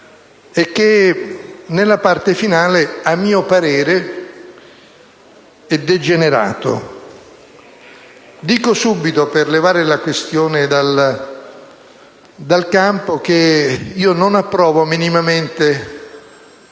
che, nella parte finale, è a mio parere degenerato. Dico subito, per levare la questione dal campo, che non approvo minimamente